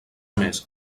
més